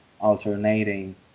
alternating